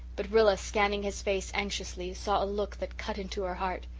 but rilla, scanning his face anxiously, saw a look that cut into her heart.